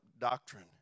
doctrine